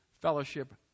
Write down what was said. fellowship